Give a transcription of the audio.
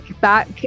back